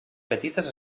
petites